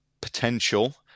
potential